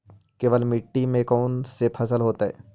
केवल मिट्टी में कौन से फसल होतै?